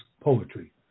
poetry